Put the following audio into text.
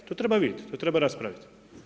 To treba vidjeti, to treba raspraviti.